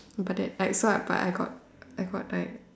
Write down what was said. but then like so but I got I got like